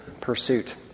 pursuit